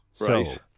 right